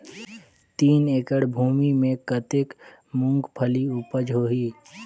तीन एकड़ भूमि मे कतेक मुंगफली उपज होही?